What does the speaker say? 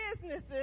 businesses